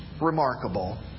remarkable